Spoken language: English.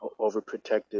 overprotective